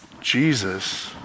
Jesus